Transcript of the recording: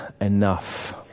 enough